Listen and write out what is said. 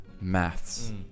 maths